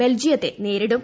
ബെൽജിയത്തെ നേരിടും